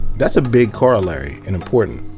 that's a big corollary, and important.